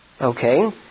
Okay